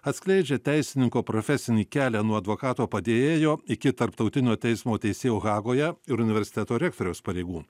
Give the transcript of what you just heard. atskleidžia teisininko profesinį kelią nuo advokato padėjėjo iki tarptautinio teismo teisėjo hagoje ir universiteto rektoriaus pareigų